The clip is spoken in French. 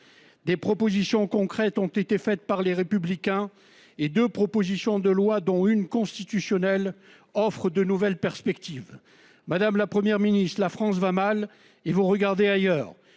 Des propositions concrètes ont été faites par les républicains et de propositions de loi dont une constitutionnel offrent de nouvelles perspectives. Madame, la Première ministre, la France va mal, ils vont regarder ailleurs